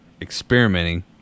experimenting